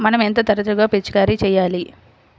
మనం ఎంత తరచుగా పిచికారీ చేయాలి?